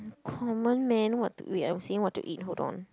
common man what to wait I'm seeing what to eat hold on